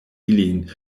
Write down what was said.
ilin